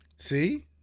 See